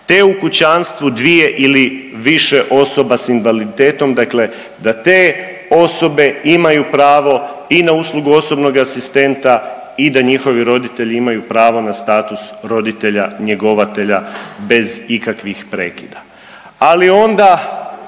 te u kućanstvu dvije ili više osoba s invaliditetom, dakle da te osobe imaju pravo i na uslugu osobnog asistenta i da njihovi roditelji imaju pravo na status roditelja njegovatelja bez ikakvih prekida. Ali onda